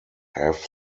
have